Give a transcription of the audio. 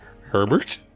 Herbert